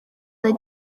the